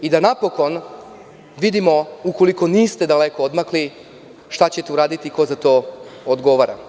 Napokon da vidimo da ukoliko niste daleko odmakli šta ćete uraditi i ko za to odgovara.